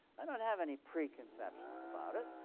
i don't have any preconception about it.